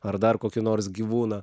ar dar kokį nors gyvūną